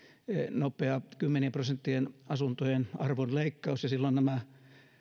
nopea kymmenien prosenttien asuntojen arvon leikkaus ja silloin nämä